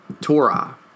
Torah